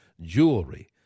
jewelry